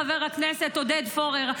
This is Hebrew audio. חבר הכנסת עודד פורר,